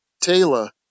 Taylor